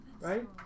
Right